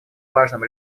важным